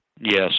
Yes